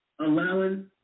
allowing